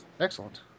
Excellent